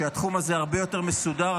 שהתחום הזה הרבה יותר מסודר,